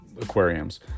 aquariums